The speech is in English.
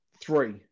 Three